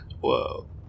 Whoa